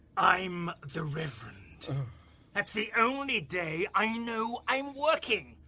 i'm the reverend that's the only day i know i'm working.